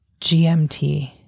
GMT